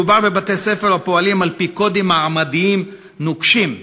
מדובר בבתי-ספר הפועלים על-פי קודים מעמדיים נוקשים,